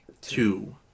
two